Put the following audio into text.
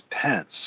Pence